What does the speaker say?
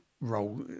role